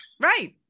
right